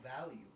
value